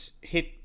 hit